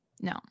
No